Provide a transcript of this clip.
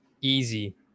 easy